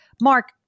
Mark